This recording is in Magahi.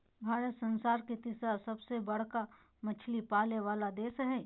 भारत संसार के तिसरा सबसे बडका मछली पाले वाला देश हइ